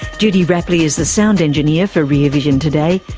judy rapley is the sound engineer for rear vision today.